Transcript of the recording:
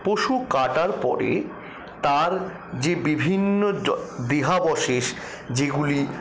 পশু কাটার পরে তার যে বিভিন্ন দেহাবশেষ যেগুলি